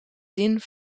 zin